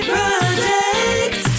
Project